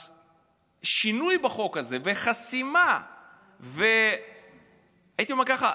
אז שינוי בחוק הזה, הייתי אומר כך: